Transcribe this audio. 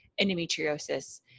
endometriosis